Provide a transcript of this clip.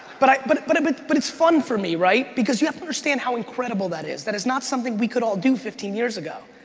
but but but but but it's fun for me, right? because you have to understand how incredible that is. that is not something we could all do fifteen years ago,